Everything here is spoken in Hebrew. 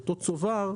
אותו צובר,